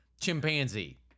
chimpanzee